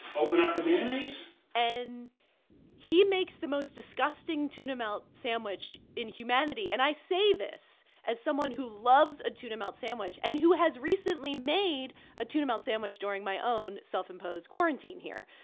open up the mayonnaise and he makes the most disgusting tuna melt sandwich in humanity, and i say this as someone who loves a tuna melt sandwich and who has recently made a tuna melt sandwich during my own self-imposed quarantine here.